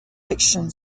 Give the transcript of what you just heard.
fiction